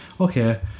okay